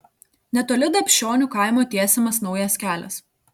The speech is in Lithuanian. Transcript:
netoli dapšionių kaimo tiesiamas naujas kelias